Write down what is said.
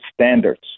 Standards